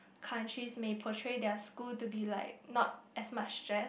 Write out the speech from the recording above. countries may portray their school to be like not as much stress